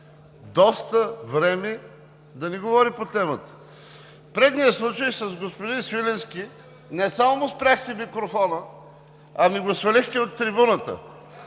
доста време да не говори по темата. В предният случай – с господин Свиленски, не само му спряхте микрофона, ами го свалихте и от трибуната.